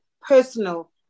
personal